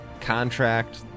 contract